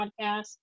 podcast